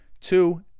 Two